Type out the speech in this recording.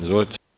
Izvolite.